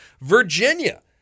Virginia